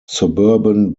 suburban